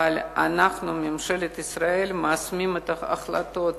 אבל אנחנו, ממשלת ישראל, מיישמים את ההחלטות,